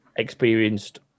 Experienced